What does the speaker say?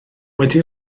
wedi